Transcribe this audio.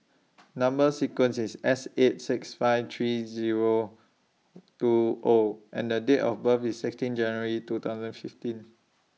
Number sequence IS S eight six five three Zero two O and The Date of birth IS sixteen January two thousand fifteen